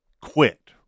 quit